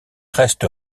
reste